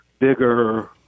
bigger